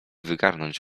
wygarnąć